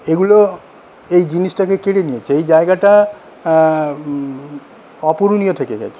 এগুলো এই জিনিসটাকে কেড়ে নিয়েছে এই জায়গাটা অপূরণীয় থেকে গেছে